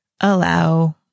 allow